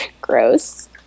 Gross